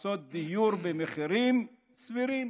שמחפשות דיור במחירים סבירים